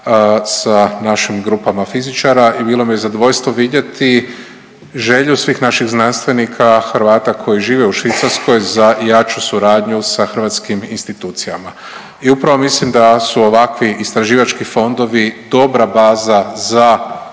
sa našim grupama fizičara i bilo mi je zadovoljstvo vidjeti želju svih naših znanstvenika, Hrvata koji žive u Švicarskoj za jaču suradnju sa hrvatskim institucijama. I upravo mislim da su ovakvi istraživački fondovi dobra baza za